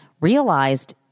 realized